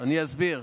אני אסביר.